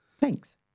Thanks